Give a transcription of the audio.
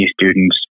students